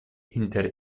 inter